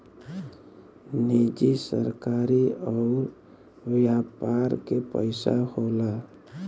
निजी सरकारी अउर व्यापार के पइसा होला